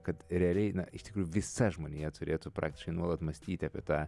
kad realiai na iš tikrųjų visa žmonija turėtų praktiškai nuolat mąstyti apie tą